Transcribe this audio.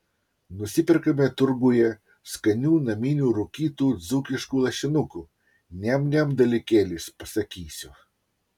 nusiperkame turguje skanių naminių rūkytų dzūkiškų lašinukų niam niam dalykėlis pasakysiu